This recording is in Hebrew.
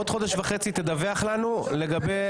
בעוד חודש וחצי תדווח לנו לגבי.